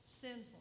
sinful